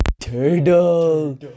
turtle